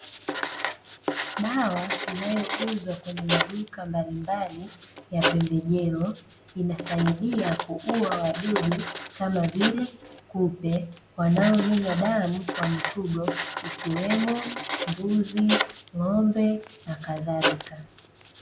Dawa inayouzwa kwenye maduka mbalimbali ya pembejeo, inasaidia kuuwa wadudu, kama vile kupe wanaonyonya damu kwa mifugo ikiwemo mbuzi, ng'ombe na kadhalika.